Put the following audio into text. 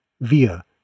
via